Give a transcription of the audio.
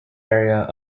area